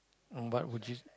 and what would you